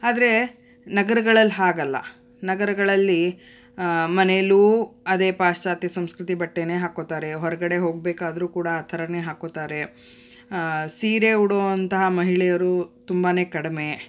ಆದ್ರೆ ನಗರಗಳಲ್ಲಿ ಹಾಗಲ್ಲ ನಗರಗಳಲ್ಲಿ ಮನೆಯಲ್ಲೂ ಅದೇ ಪಾಶ್ಚಾತ್ಯ ಸಂಸ್ಕೃತಿ ಬಟ್ಟೆಯೇ ಹಾಕ್ಕೋತಾರೆ ಹೊರಗಡೆ ಹೋಗಬೇಕಾದ್ರು ಕೂಡ ಆ ಥರಾನೇ ಹಾಕ್ಕೋತಾರೆ ಸೀರೆ ಉಡುವಂತಹ ಮಹಿಳೆಯರು ತುಂಬಾ ಕಡಿಮೆ